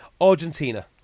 Argentina